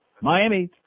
Miami